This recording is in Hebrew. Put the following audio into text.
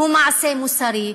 היא מעשה מוסרי,